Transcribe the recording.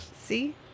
see